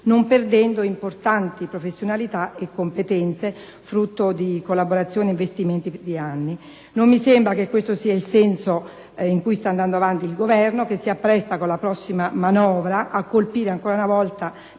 non perdendo importanti professionalità e competenze, frutto di collaborazioni ed investimenti di anni. Non mi sembra che questo sia la direzione in cui sta andando il Governo, che si appresta, con la prossima manovra, a colpire ancora una volta